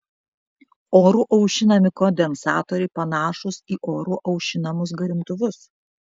oru aušinami kondensatoriai panašūs į oru aušinamus garintuvus